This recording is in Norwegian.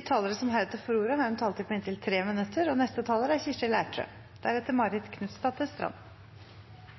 talere som heretter får ordet, har en taletid på inntil 3 minutter. Arbeiderpartiet er for modernisering. Over hele landet fortviler fortsatt mange innbyggere og kommuner over manglende eller dårlig bredbånds- og mobildekning. Det er